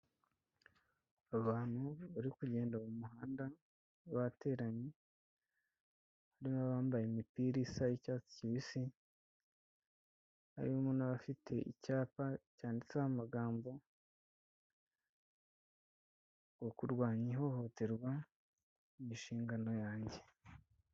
Abantu bari kugenda mu muhanda bateranye, harimo abambaye imipira isa y'icyatsi kibisi, harimo n'abafite icyapa cyanditseho amagambo, ngo kurwanya ihohoterwa ni inshingano yanjye.